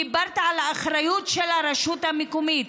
דיברת על האחריות של הרשות המקומית.